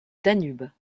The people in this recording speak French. danube